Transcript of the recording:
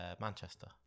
Manchester